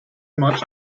much